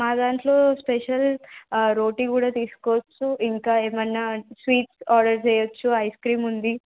మా దాంట్లో స్పెషల్ రోటీ కూడా తీసుకోవచ్చు ఇంకా ఏమైనా స్వీట్స్ ఆర్డర్ చేయొచ్చు ఐస్ క్రీమ్ ఉంది